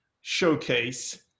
showcase